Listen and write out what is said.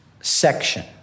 section